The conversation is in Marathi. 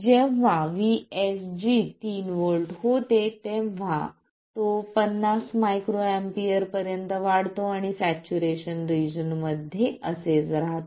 जेव्हा VSG 3 V होते तेव्हा तो 50 µA पर्यंत वाढते आणि सॅच्युरेशन रिजन मध्ये असेच राहतो